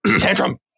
tantrum